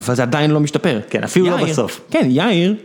‫אבל זה עדיין לא משתפר. ‫-כן, אפילו לא בסוף. ‫כן, יאיר.